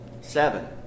Seven